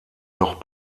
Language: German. noch